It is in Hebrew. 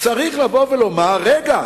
צריך לבוא ולומר: רגע,